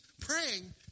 praying